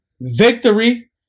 victory